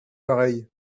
pareil